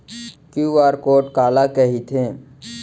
QR code काला कहिथे?